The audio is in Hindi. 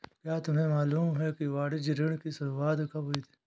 क्या तुम्हें मालूम है कि वाणिज्य ऋण की शुरुआत कब हुई?